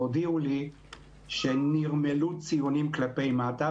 והודיעו שנרמלו ציונים כלפי מטה,